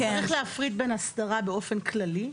צריך להפריד בין הסדרה באופן כללי,